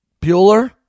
Bueller